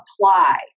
apply